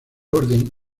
orden